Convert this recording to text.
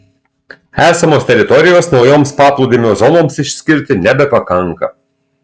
esamos teritorijos naujoms paplūdimio zonoms išskirti nebepakanka